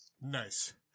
Nice